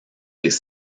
des